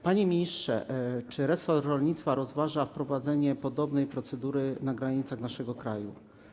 Panie ministrze, czy resort rolnictwa rozważa wprowadzenie podobnej procedury na granicach naszego kraju?